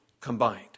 combined